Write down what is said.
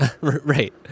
Right